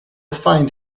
find